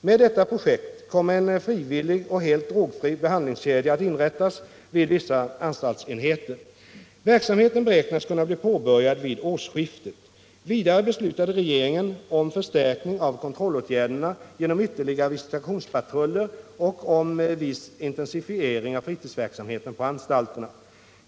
Med detta projekt kommer en frivillig och helt drogfri behandlingskedja att inrättas vid vissa anstaltsenheter. Verksamheten beräknas kunna bli påbörjad vid årsskiftet. Vidare beslutade regeringen om förstärkning av kontrollåtgärderna genom ytterligare visitationspatruller och om viss intensifiering av fritidsverksamheten på anstalterna.